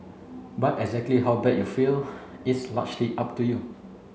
but exactly how bad you feel is largely up to you